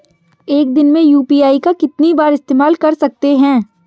एक दिन में यू.पी.आई का कितनी बार इस्तेमाल कर सकते हैं?